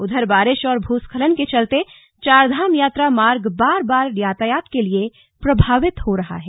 उधर बारिश और भूस्खलन के चलते चारधाम यात्रा मार्ग बार बार यातायात के लिए प्रभावित हो रहा हैं